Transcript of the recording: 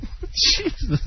Jesus